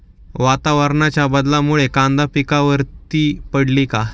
वातावरणाच्या बदलामुळे कांदा पिकावर ती पडली आहे